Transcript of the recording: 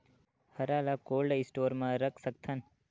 हरा ल cold store म रख सकथन?